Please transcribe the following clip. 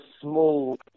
small